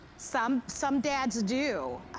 some some dads do.